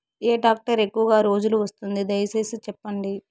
ఏ tractor ఎక్కువగా రోజులు వస్తుంది, దయసేసి చెప్పండి?